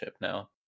now